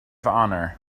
honor